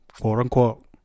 quote-unquote